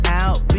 out